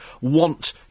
want